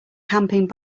camping